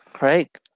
right